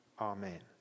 Amen